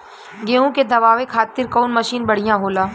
गेहूँ के दवावे खातिर कउन मशीन बढ़िया होला?